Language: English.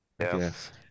Yes